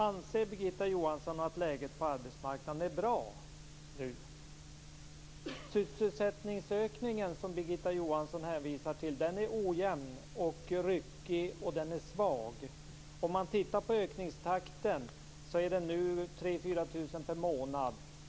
Anser Birgitta Johansson att läget på arbetsmarknaden nu är bra? Den sysselsättningsökning som Birgitta Johansson hänvisar till är ojämn, ryckig och svag. Om man tittar på ökningstakten är den nu 3 000-4 000 per månad.